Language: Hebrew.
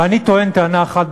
ואני טוען טענה אחת,